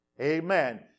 Amen